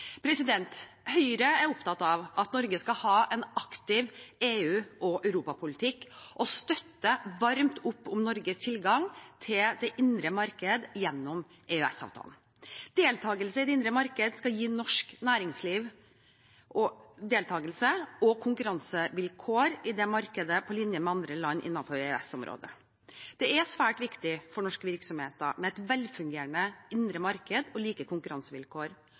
Høyre er opptatt av at Norge skal ha en aktiv EU- og europapolitikk og støtter varmt opp om Norges tilgang til det indre marked gjennom EØS-avtalen. Deltakelse i det indre marked skal sikre norsk næringsliv deltakelse og konkurransevilkår på linje med andre land innenfor EØS-området. Det er svært viktig for norske virksomheter med et velfungerende indre marked og like konkurransevilkår,